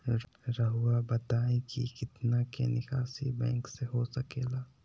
रहुआ बताइं कि कितना के निकासी बैंक से हो सके ला?